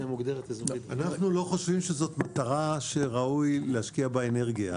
אנחנו לא חושבים שזאת מטרה שראוי להשקיע בה אנרגיה.